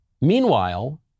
Meanwhile